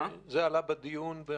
אתם יודעים שבסוף זה יהיה קצת מדי ומאוחר.